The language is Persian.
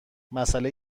مسئله